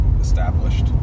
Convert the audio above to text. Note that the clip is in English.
established